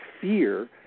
fear